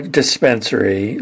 dispensary